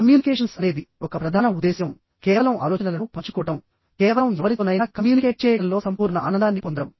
communications అనేది ఒక ప్రధాన ఉద్దేశ్యంకేవలం ఆలోచనలను పంచుకోవడంకేవలం ఎవరితోనైనా కమ్యూనికేట్ చేయడంలో సంపూర్ణ ఆనందాన్ని పొందడం